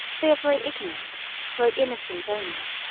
they are very ignorant very innocent only.